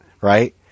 right